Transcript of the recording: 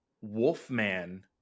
Wolfman